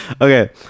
okay